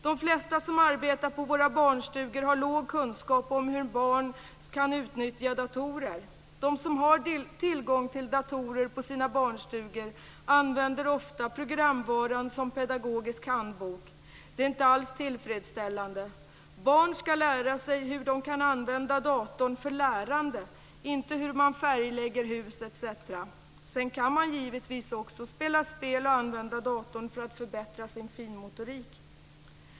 De flesta som arbetar på våra barnstugor har låg kunskap om hur barn kan utnyttja datorer. De som har tillgång till datorer på sina barnstugor använder ofta programvaran som pedagogisk handbok. Detta är inte alls tillfredsställande. Barn skall lära sig hur de kan använda datorn för lärande, inte hur man färglägger hus etc. Sedan kan man givetvis också spela spel och använda datorn för att förbättra sin finmotorik.